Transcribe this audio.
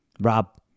Rob